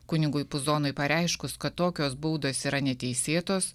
kunigui puzonui pareiškus kad tokios baudos yra neteisėtos